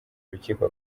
rukiko